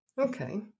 okay